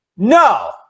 No